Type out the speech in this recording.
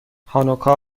هانوکا